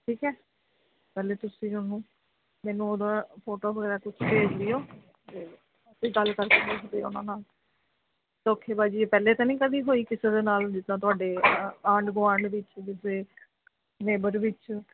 ਠੀਕ ਹੈ ਪਹਿਲੇ ਤੁਸੀਂ ਉਹਨੂੰ ਮੈਨੂੰ ਉਹਦਾ ਫੋਟੋ ਵਗੈਰਾ ਤੁਸੀਂ ਭੇਜ ਦਿਓ ਅਤੇ ਗੱਲ ਕਰਕੇ ਦੇਖਦੇ ਹਾਂ ਉਹਨਾਂ ਨਾਲ ਧੋਖੇਬਾਜੀ ਇਹ ਪਹਿਲੇ ਤਾਂ ਨਹੀਂ ਕਦੇ ਹੋਈ ਕਿਸੇ ਦੇ ਨਾਲ ਜਿੱਦਾਂ ਤੁਹਾਡੇ ਆਂ ਆਂਢ ਗੁਆਂਢ ਵਿੱਚ ਕਿਸੇ ਨੇਬਰ ਵਿੱਚ